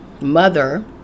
Mother